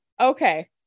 okay